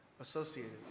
associated